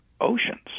oceans